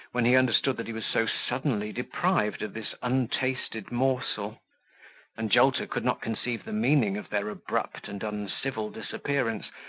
when he understood that he was so suddenly deprived of this untasted morsel and jolter could not conceive the meaning of their abrupt and uncivil disappearance,